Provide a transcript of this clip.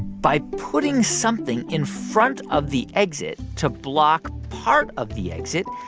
by putting something in front of the exit to block part of the exit,